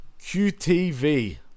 qtv